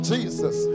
Jesus